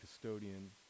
custodian